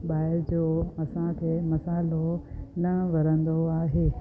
ॿाहिरि जो असांखे मसालो न वणंदो आहे